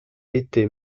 été